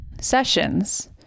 sessions